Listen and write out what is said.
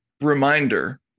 Reminder